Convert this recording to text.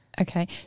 Okay